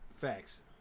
Facts